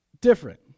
different